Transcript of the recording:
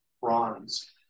bronze